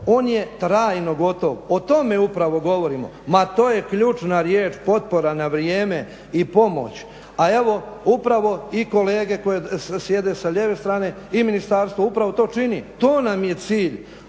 on je trajno gotov. O tome upravo govorimo. Ma to je ključna riječ, potpora na vrijeme i pomoć, a evo upravo i kolege koje sjede sa lijeve strane i ministarstvo upravo to čini, to nam je cilj